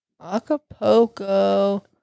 Acapulco